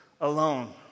alone